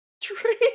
tree